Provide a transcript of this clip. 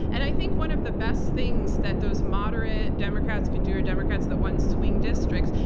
and i think one of the best things that those moderate democrats could do, or democrats that won swing districts,